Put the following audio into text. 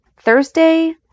Thursday